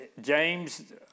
James